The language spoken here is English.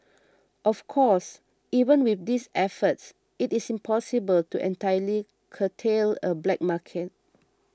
of course even with these efforts it is impossible to entirely curtail a black market